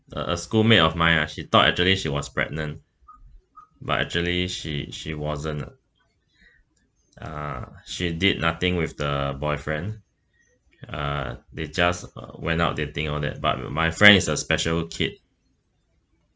a a school mate my ah she thought actually she was pregnant but actually she she wasn't uh she did nothing with the boyfriend uh they just uh went out dating all that but my friend is a special kid